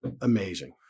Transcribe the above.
amazing